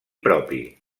propi